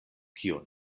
kion